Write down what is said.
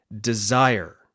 desire